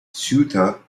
ceuta